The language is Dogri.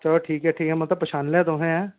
चलो ठीक ऐ ठीक ऐ मतलब पंछानी लेआ तुसें ऐं